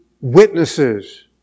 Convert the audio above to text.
witnesses